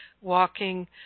walking